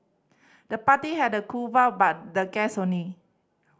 the party had a cool but the guest only